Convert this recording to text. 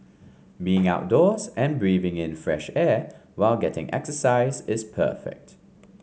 being outdoors and breathing in fresh air while getting exercise is perfect